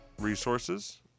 resources